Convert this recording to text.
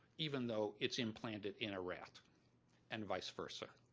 even though it's implanted in a rat and vice versa.